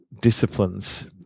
disciplines